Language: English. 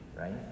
right